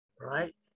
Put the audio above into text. right